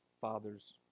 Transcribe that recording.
father's